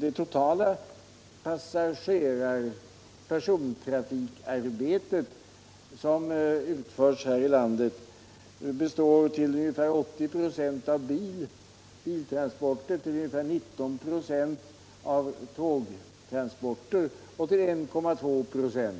Det totala persontrafikarbete som utförs här i landet består till ungefär 80 26 av biltransporter, till ungefär 19 26 av tågtransporter och till 1,2 26